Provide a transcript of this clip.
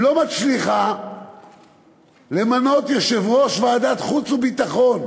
לא מצליחה למנות יושב-ראש ועדת חוץ וביטחון,